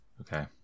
Okay